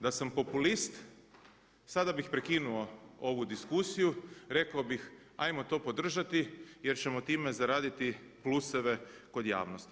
Da sam populist sada bih prekinuo ovu diskusiju, rekao bih ajmo to podržati jer ćemo time zaraditi pluseve kod javnosti.